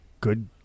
good